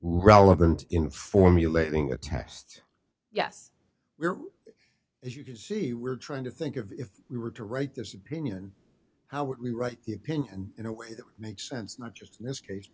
relevant in formulating a test yes as you can see we're trying to think of if we were to write this opinion how would we write the opinion in a way that makes sense not just in this case